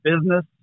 business